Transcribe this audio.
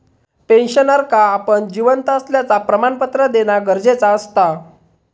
पेंशनरका आपण जिवंत असल्याचा प्रमाणपत्र देना गरजेचा असता